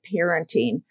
parenting